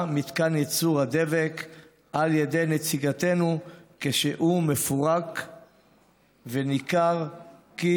מתקן ייצור הדבק על ידי נציגתנו כשהוא מפורק וניכר כי